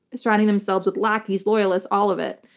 surrounding themselves with lackeys, loyalists, all of it.